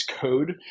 code